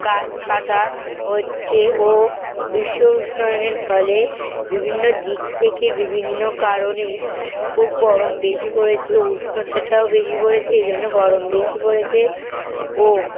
গাছ কাটা হচ্ছে ও বিশ্ব উষ্ণয়নের ফলে বিভিন্ন দিক থেকে বিভিন্ন কারণে খুব গরম বেশি পড়েছে উষ্ণতাটাও বেশি পড়েছে এই জন্য গরম বেশি পড়েছে ও